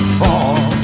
fall